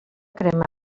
crema